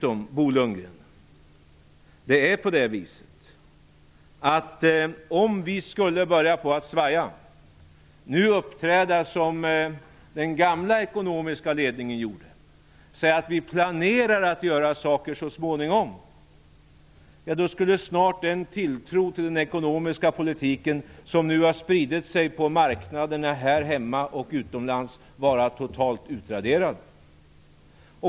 Om vi nu skulle börja svaja och uppträda som den gamla ekonomiska ledningen gjorde, och säga att vi planerar att göra saker så småningom, skulle snart den tilltro till den ekonomiska politiken som har spritt sig på marknaderna här hemma och utomlands vara totalt utraderad.